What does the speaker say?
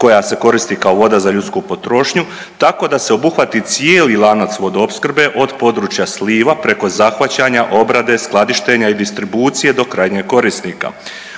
koja se koristi kao voda za ljudsku potrošnju tako da se obuhvati cijeli lanac vodoopskrbe od područja sliva preko zahvaćanja, obrade, skladištenja i distribucije do krajnjeg korisnika.